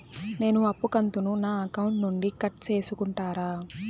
నేను అప్పు కంతును నా అకౌంట్ నుండి కట్ సేసుకుంటారా?